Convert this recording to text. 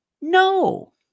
No